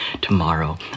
tomorrow